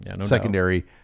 Secondary